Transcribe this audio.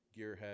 gearhead